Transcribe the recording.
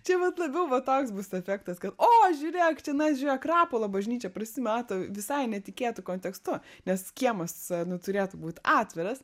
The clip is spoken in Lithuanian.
čia va labiau va toks bus efektas kad o žiūrėk čionais žiūrėk rapolo bažnyčia prasimato visai netikėtu kontekstu nes kiemas nu turėtų būt atviras